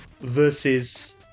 versus